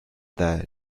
their